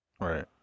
right